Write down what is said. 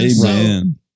Amen